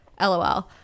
LOL